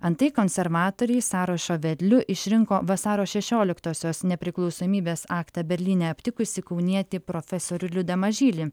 antai konservatoriai sąrašo vedliu išrinko vasario šešioliktosios nepriklausomybės aktą berlyne aptikusį kaunietį profesorių liudą mažylį